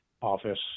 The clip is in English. office